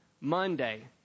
Monday